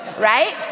Right